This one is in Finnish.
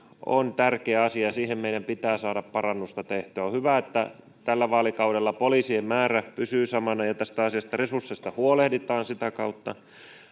on tärkeä asia siihen meidän pitää saada parannusta tehtyä on hyvä että tällä vaalikaudella poliisien määrä pysyy samana ja tästä asiasta resursseista huolehditaan sitä kautta